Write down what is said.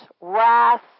wrath